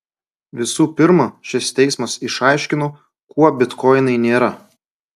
visų pirma šis teismas išaiškino kuo bitkoinai nėra